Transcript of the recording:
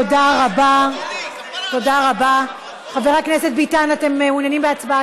זה אתם, אתם.